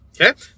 Okay